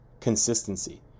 consistency